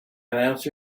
announce